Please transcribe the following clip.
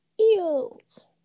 eels